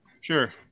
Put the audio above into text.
Sure